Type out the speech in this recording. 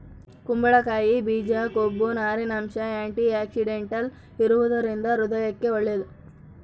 ಕುಂಬಳಕಾಯಿ ಬೀಜ ಕೊಬ್ಬು, ನಾರಿನಂಶ, ಆಂಟಿಆಕ್ಸಿಡೆಂಟಲ್ ಇರುವದರಿಂದ ಹೃದಯಕ್ಕೆ ಒಳ್ಳೇದು